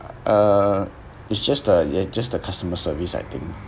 uh it's just the it's just the customer service I think